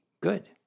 good